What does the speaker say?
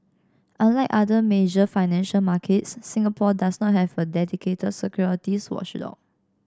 unlike other major financial markets Singapore does not have a dedicated securities watchdog